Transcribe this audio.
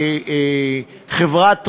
הייתה חברת רוח,